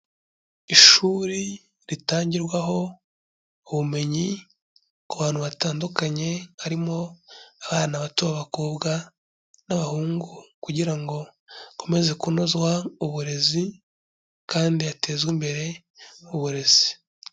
Ishuri ritangirwaho ubumenyi ku bantu hatandukanye harimo abana bato b'abakobwa n'abahungu, kugira ngo hakomeze kunozwa uburezi, kandi hatezwe imbere uburezi.